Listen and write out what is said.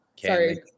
Sorry